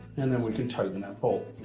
and then we can tighten that bolt.